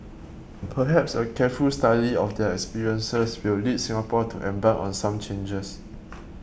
perhaps a careful study of their experiences will lead Singapore to embark on some changes